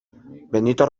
benito